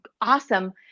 awesome